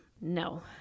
No